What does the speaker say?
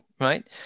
Right